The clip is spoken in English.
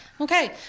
Okay